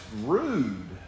rude